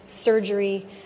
surgery